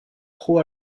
pro